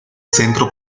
centro